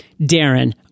Darren